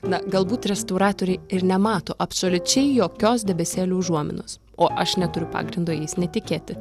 na galbūt restauratoriai ir nemato absoliučiai jokios debesėlių užuominos o aš neturiu pagrindo jais netikėti